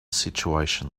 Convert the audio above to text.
situation